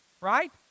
right